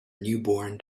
newborn